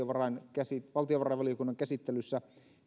valtiovarainvaliokunnan käsittelyssä